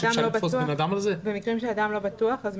במקרים שאדם לא בטוח,